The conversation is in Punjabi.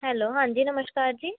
ਹੈਲੋ ਹਾਂਜੀ ਨਮਸਕਾਰ ਜੀ